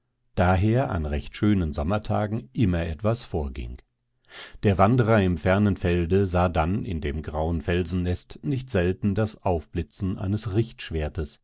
daher an recht schönen sommertagen immer etwas vorging der wanderer im fernen felde sah dann in dem grauen felsennest nicht selten das aufblitzen eines